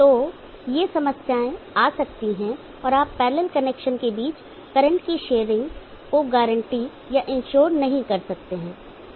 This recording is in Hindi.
तो ये समस्याएँ आ सकती हैं और आप पैरलल कनेक्शन के बीच करंट की शेयरिंग को गारंटी या इंश्योर नहीं कर सकते हैं